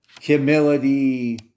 Humility